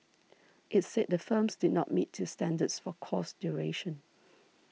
it said the firms did not meet its standards for course duration